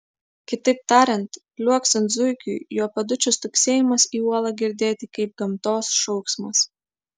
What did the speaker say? kitaip tariant liuoksint zuikiui jo pėdučių stuksėjimas į uolą girdėti kaip gamtos šauksmas